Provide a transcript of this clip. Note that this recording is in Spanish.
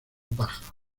paja